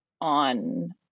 on